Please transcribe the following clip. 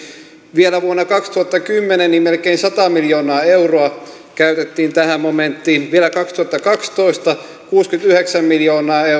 vielä vuonna kaksituhattakymmenen melkein sata miljoonaa euroa käytettiin tähän momenttiin vielä kaksituhattakaksitoista käytettiin kuusikymmentäyhdeksän miljoonaa